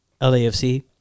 lafc